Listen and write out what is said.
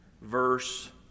verse